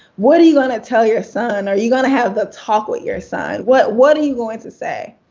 what are you going to tell your son? are you going to have the talk with your son? what what are you going to say?